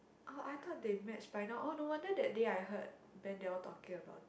oh I thought they match by now oh no wonder that day I heard Ben they all talking about it